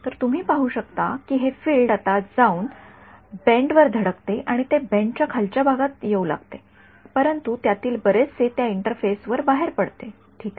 तर तुम्ही पाहू शकता की हे फील्ड आता जाऊन बेंड वर धडकते आणि ते बेंडच्या खालच्या भागात येऊ लागते परंतु त्यातील बरेचसे त्या इंटरफेस वर बाहेर पडते ठीक आहे